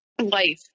Life